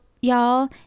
y'all